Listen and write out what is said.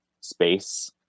space